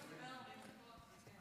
היא תדבר 40 דקות.